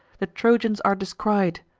the trojans are descried,